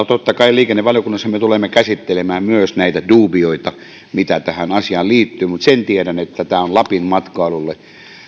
totta kai liikennevaliokunnassa me tulemme käsittelemään myös näitä duubioita mitä tähän asiaan liittyy mutta sen tiedän että tämä on lapin matkailulle